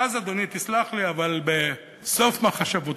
ואז, אדוני, תסלח לי, אבל בסוף מחשבותי,